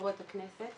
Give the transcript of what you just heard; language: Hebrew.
חברות הכנסת